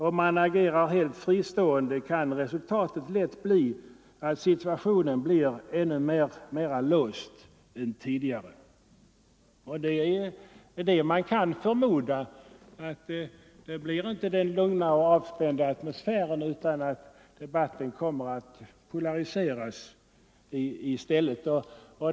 Om man agerar helt fristående kan resultatet lätt bli att situationen blir ännu mera låst än tidigare.” Och det är vad man kan förmoda. Det blir förmodligen inte någon lugn och avspänd atmosfär, utan debatten kan i stället komma att polariseras.